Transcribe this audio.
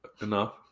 enough